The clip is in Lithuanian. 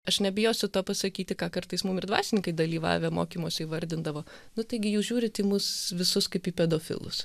aš nebijosiu to pasakyti ką kartais mum ir dvasininkai dalyvavę mokymuose įvardindavo nu taigi jūs žiūrit į mus visus kaip į pedofilus